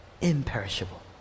imperishable